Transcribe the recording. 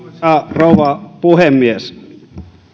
rouva puhemies